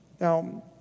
Now